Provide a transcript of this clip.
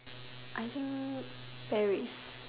I think Paris